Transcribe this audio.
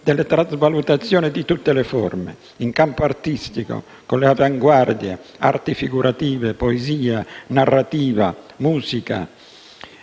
della trasvalutazione di tutte le forme: in campo artistico, con le avanguardie, arti figurative, poesia, narrativa, musica;